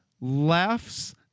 Laughs